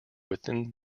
within